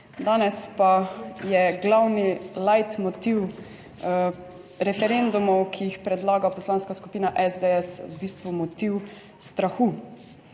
danes pa je glavni light motiv referendumov, ki jih predlaga Poslanska skupina SDS v bistvu motiv strahu.